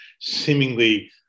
seemingly